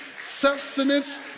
sustenance